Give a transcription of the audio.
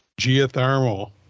Geothermal